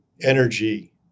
energy